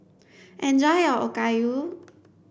enjoy your Okayu